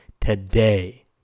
today